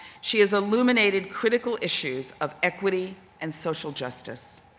she has illuminated critical issues of equity and social justice.